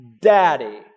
Daddy